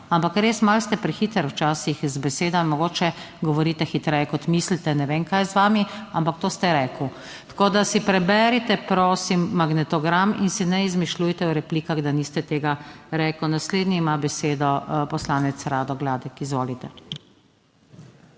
ampak res malo ste prehitro včasih z besedami mogoče govorite hitreje kot mislite, ne vem kaj je z vami, ampak to ste rekel. Tako, da si preberite, prosim, magnetogram in si ne izmišljujte v replikah, da niste tega rekel. Naslednji ima besedo poslanec Rado Gladek. Izvolite.